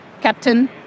Captain